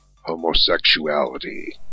homosexuality